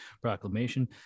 Proclamation